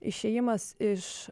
išėjimas iš